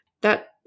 that